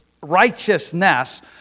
righteousness